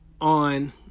on